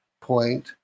point